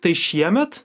tai šiemet